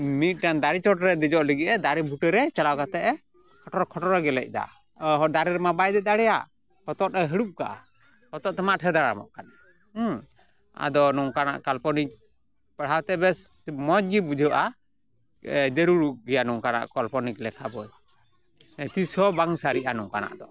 ᱢᱤᱫᱴᱟᱝ ᱫᱟᱨᱮ ᱪᱚᱴ ᱨᱮ ᱫᱮᱡᱚᱜ ᱞᱟᱹᱜᱤᱫ ᱮ ᱫᱟᱨᱮ ᱵᱩᱴᱟᱹᱨᱮ ᱪᱟᱞᱟᱣ ᱠᱟᱛᱮ ᱮ ᱠᱷᱚᱴᱚᱨ ᱠᱷᱚᱴᱚᱨ ᱮ ᱜᱮᱞᱮᱡ ᱮᱫᱟ ᱫᱟᱨᱮ ᱨᱮᱢᱟ ᱵᱟᱭ ᱫᱮᱡ ᱫᱟᱲᱮᱭᱟᱜ ᱦᱚᱛᱚᱫ ᱮ ᱦᱟᱹᱲᱩᱵ ᱠᱟᱜᱼᱟ ᱦᱚᱛᱚᱫ ᱛᱮᱢᱟ ᱟᱴᱷᱮᱲᱮ ᱫᱟᱨᱟᱢᱚᱜ ᱟᱫᱚ ᱱᱚᱝᱠᱟᱱᱟᱜ ᱠᱟᱞᱯᱚᱱᱤᱠ ᱯᱟᱲᱦᱟᱣ ᱛᱮ ᱵᱮᱥ ᱢᱚᱡᱽ ᱜᱮ ᱵᱩᱡᱷᱟᱹᱜᱼᱟ ᱡᱟᱹᱨᱩᱲ ᱜᱮᱭᱟ ᱱᱚᱝᱠᱟᱱᱟᱜ ᱠᱟᱞᱯᱚᱱᱤᱠ ᱞᱮᱠᱷᱟ ᱵᱳᱭ ᱛᱤᱥ ᱦᱚᱸ ᱵᱟᱝ ᱥᱟᱹᱨᱤᱜᱼᱟ ᱱᱚᱝᱠᱟᱱᱟᱜ ᱫᱚ